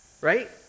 right